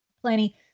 plenty